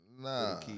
Nah